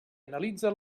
analitza